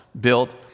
built